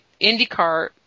IndyCar